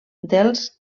dels